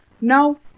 no